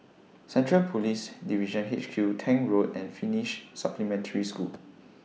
Central Police Division H Q Tank Road and Finnish Supplementary School